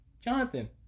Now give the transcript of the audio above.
Jonathan